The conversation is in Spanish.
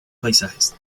paisajes